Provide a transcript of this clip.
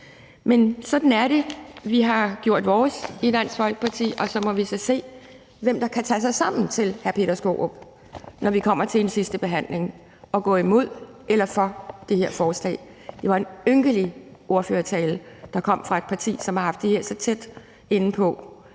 pige. Sådan er det. Vi har gjort vores i Dansk Folkeparti, og så må vi så se, hr. Peter Skaarup, hvem der kan tage sig sammen til, når vi kommer til en sidstebehandling, at stemme imod eller for det her forslag. Det var en ynkelig ordførertale, der kom fra et parti, som har haft det her så tæt inde på